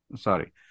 sorry